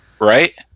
Right